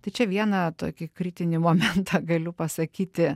tai čia vieną tokį kritinį momentą galiu pasakyti